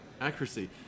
accuracy